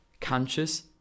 conscious